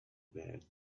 bad